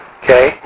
okay